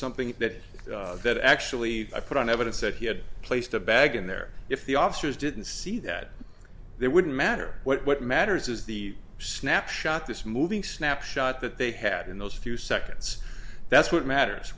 something that that actually put on evidence that he had placed a bag in there if the officers didn't see that there wouldn't matter what matters is the snapshot this moving snapshot that they had in those few seconds that's what matters